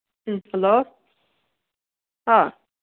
ꯎꯝ hello ꯍꯥ